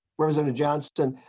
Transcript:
resident johnston.